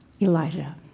Elijah